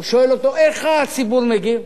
הוא שואל אותו: איך הציבור מגיב?